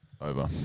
Over